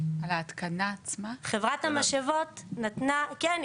חברת המשאבות נתנה הערכה...